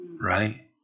right